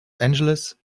angeles